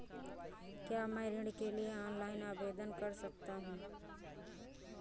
क्या मैं ऋण के लिए ऑनलाइन आवेदन कर सकता हूँ?